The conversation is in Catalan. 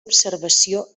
observació